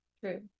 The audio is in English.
True